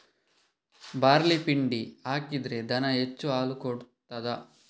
Barley ಪಿಂಡಿ ಹಾಕಿದ್ರೆ ದನ ಹೆಚ್ಚು ಹಾಲು ಕೊಡ್ತಾದ?